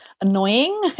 annoying